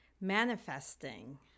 manifesting